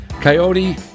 Coyote